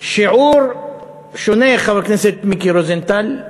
שיעור שונה, חבר הכנסת מיקי רוזנטל,